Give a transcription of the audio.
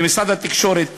במשרד התקשורת